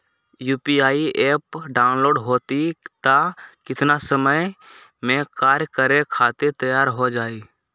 UPI app download होई त कितना समय मे कार्य करे खातीर तैयार हो जाई?